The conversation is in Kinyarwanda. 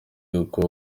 y’uko